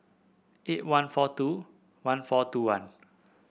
eight one four two one four two one